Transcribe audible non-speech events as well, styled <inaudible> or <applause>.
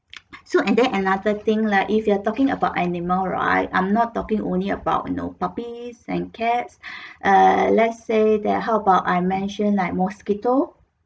<breath> so and then another thing like if you are talking about animal right I am not talking only about you know puppies and cats <breath> err let's say that how about I mention like mosquito